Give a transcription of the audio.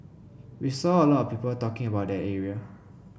we saw a lot of people talking about that area